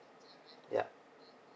ya